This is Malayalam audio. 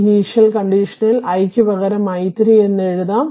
ഇനിഷ്യൽ കണ്ടീഷനിൽ I ക്കു പകരം i3 എന്ന് എഴുതാം